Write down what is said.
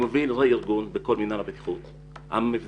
אני מוביל ארגון בכל נושא הבטיחות.